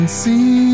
see